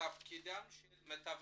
תפקידם של מתווכים,